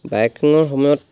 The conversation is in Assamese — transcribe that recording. বাইকিঙৰ সময়ত